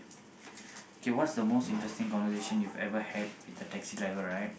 K what's the most interesting conversation you've ever had with a taxi driver right